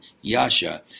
Yasha